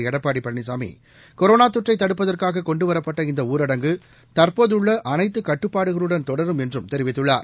Edappadi Palaniswami corona தொற்றை தடுப்பதற்காக கொண்டு வரப்பட்ட இந்த ஊரடங்கு தற்போதுள்ள அனைத்து கட்டுப்பாடுகளுடன் தொடரும் என்றும் தெரிவித்துள்ளார்